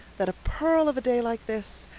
that a pearl of a day like this,